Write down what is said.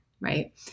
Right